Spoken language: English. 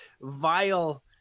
vile